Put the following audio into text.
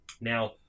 Now